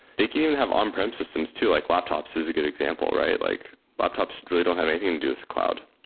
they can even have on-prem systems too, like laptops is a good example, right? like laptops really don't have anything to and do with the cloud.